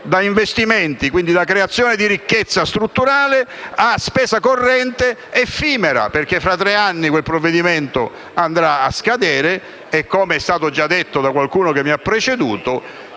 da investimenti, quindi da creazione di ricchezza strutturale a spesa corrente effimera, perché tra tre anni quel provvedimento andrà a scadere e - come è stato già detto da qualcuno che mi ha preceduto